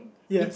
ya